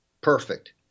perfect